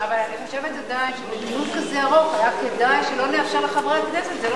אבל אני חושבת עדיין שבדיון כזה ארוך היה כדאי שלא נאפשר לחברי הכנסת.